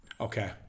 Okay